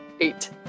eight